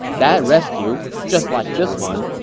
that rescue, just like this one,